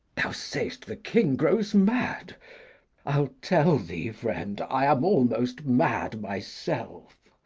thou say'st the king grows mad i'll tell thee, friend, i am almost mad myself.